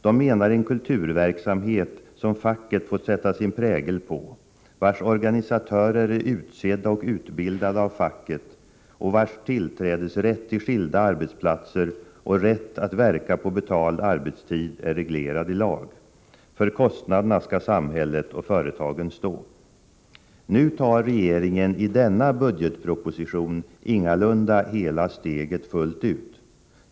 De menar en kulturverksamhet som facket fått sätta sin prägel på, vars organisatörer är utsedda och utbildade av facket och vars tillträdesrätt till skilda arbetsplatser och rätt att verka på betald arbetstid är reglerad i lag. För kostnaderna skall samhället och företagen stå. Nu tar regerigen i denna budgetproposition ingalunda steget fullt ut.